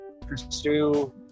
pursue